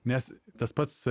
nes tas pats